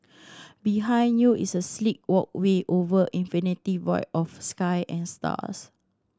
behind you is a sleek walkway over infinite void of sky and stars